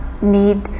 need